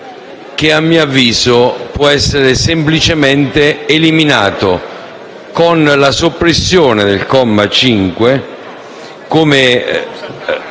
che, a mio avviso, può essere semplicemente eliminato con la soppressione del comma 5, come